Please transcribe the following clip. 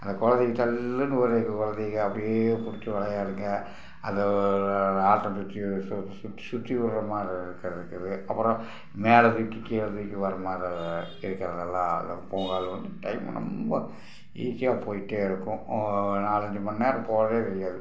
அந்த குழந்தைங்க ஜல்லுன்னு ஒரு ஒரு குழந்தைங்க அப்படியே பிடிச்சி விளையாடுங்க அது ராட்டிணம் சுற்றி சுற்றி விட்ற மாதிரி இருக்குது இருக்குது அப்புறோம் மேலே துாக்கி கீழே துாக்கி வர மாதிரிலாம் இருக்கிறதாலம் அந்த பூங்காலாம் டைம் ரொம்ப ஈஸியாக போய்கிட்டே இருக்கும் நாலஞ்சு மணி நேரம் போகிறதே தெரியாது